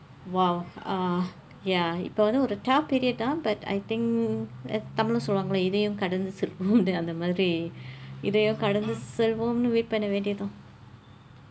!wow! ah ya இப்போ வந்து ஒரு:ippoo vandthu oru tough period தான்:thaan but I think தமிழில் சொல்வாங்க இதையும் கடந்து செல்வோம் அந்த மாதிரி இதையும் கடந்து செல்வோம்னு:thamizhil solvvangka ithaiyum kadandthu selvoomnu andtha maathiri ithaiyum kadandthu selvoomnu wait பண்ண வேண்டியதான்:panna veendiyathaan